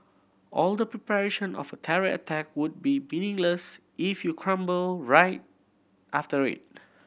all the preparation of a terror attack would be meaningless if you crumble right after it